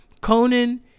Conan